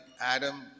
Adam